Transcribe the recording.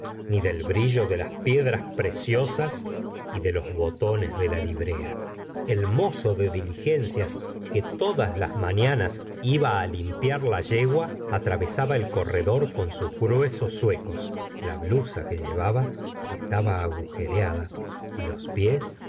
ni del brillo de las piedras preciosas y de los botones de la librea el mozo de diligencias que todas las mañanas iba la limpiar la yegua atravesaba el corredor con sus gruesos zuecos la blusa que llevaba estaba agujereada y los pies